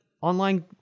online